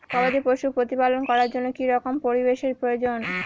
গবাদী পশু প্রতিপালন করার জন্য কি রকম পরিবেশের প্রয়োজন?